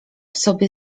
sobie